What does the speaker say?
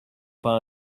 pas